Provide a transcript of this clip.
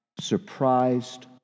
surprised